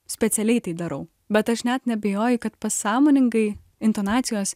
specialiai tai darau bet aš net neabejoju kad pasąmoningai intonacijos